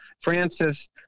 Francis